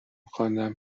خواندن